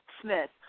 Smith